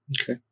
okay